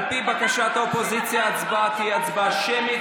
על פי בקשת האופוזיציה, ההצבעה תהיה הצבעה שמית.